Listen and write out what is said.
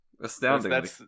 Astounding